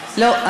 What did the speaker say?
לא,